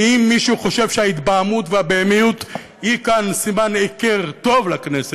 ואם מישהו חושב שההתבהמות והבהמיות הן כאן סימן היכר טוב לכנסת,